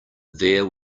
there